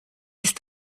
ist